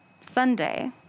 Sunday